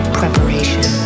preparation